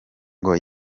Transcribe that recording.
ngo